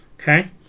Okay